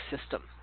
system